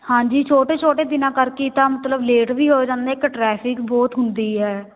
ਹਾਂਜੀ ਛੋਟੇ ਛੋਟੇ ਦਿਨਾਂ ਕਰਕੇ ਹੀ ਤਾਂ ਮਤਲਬ ਲੇਟ ਵੀ ਹੋ ਜਾਂਦੇ ਇੱਕ ਟਰੈਫਿਕ ਬਹੁਤ ਹੁੰਦੀ ਹੈ